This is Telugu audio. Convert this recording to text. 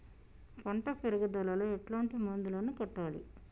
పంట పెరుగుదలలో ఎట్లాంటి మందులను కొట్టాలి?